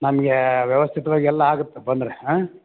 ನಮಗೆ ವ್ಯವಸ್ಥಿತವಾಗಿ ಎಲ್ಲ ಆಗತ್ತೆ ಬಂದರೆ ಹಾಂ